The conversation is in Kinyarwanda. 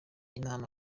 inama